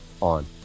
on